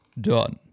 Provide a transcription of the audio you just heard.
Done